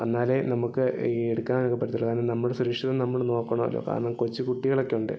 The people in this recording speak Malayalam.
എന്നാലേ നമുക്ക് ഈ എടുക്കാൻ ഒക്കെ പറ്റത്തുള്ളൂ കാരണം നമ്മുടെ സുരക്ഷിതം നമ്മൾ നോക്കണമല്ലോ കാരണം കൊച്ചുകുട്ടികളൊക്കെ ഉണ്ട്